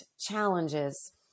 challenges